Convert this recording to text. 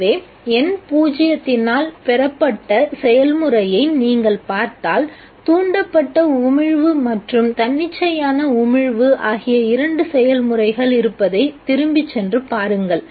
எனவே N0 இனால் பெறப்பட்ட செயல்முறையை நீங்கள் பார்த்தால் தூண்டப்பட்ட உமிழ்வு மற்றும் தன்னிச்சையான உமிழ்வு ஆகிய இரண்டு செயல்முறைகள் இருப்பதை திரும்பிச்சென்றுப் பாருங்கள்